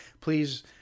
Please